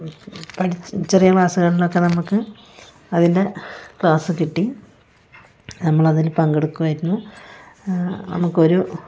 പഠിച്ച ചെറിയ ക്ലാസ്സുകളിലൊക്കെ നമുക്ക് അതിൻ്റെ ക്ലാസ് കിട്ടി നമ്മളതില് പങ്കെടുക്കുവായിരുന്നു നമുക്കൊരു